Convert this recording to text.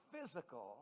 physical